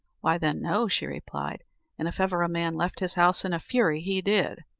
why, then, no, she replied and if ever a man left his house in a fury he did.